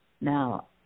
Now